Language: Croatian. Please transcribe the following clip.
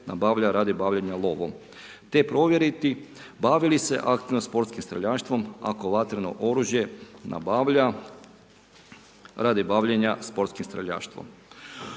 nabavlja radi bavljenja lovom te provjeriti bavi li se aktivno sportskim streljaštvom ako vatreno oružje nabavlja radi bavljenja sportskim streljaštvom.